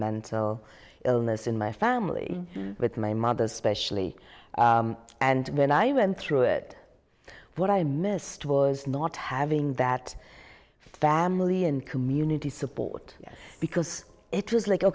mental illness in my family with my mother specially and when i went through it what i missed was not having that family and community support because it was like